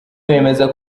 bemeza